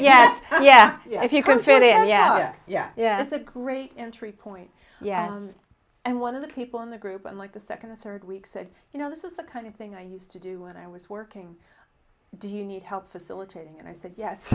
yeah yeah yeah if you can find then yeah yeah yeah that's a great entry point yeah and one of the people in the group and like the second the third week said you know this is the kind of thing i used to do when i was working do you need help facilitating and i said yes